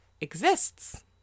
exists